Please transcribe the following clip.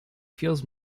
feels